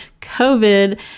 COVID